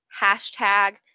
hashtag